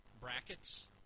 brackets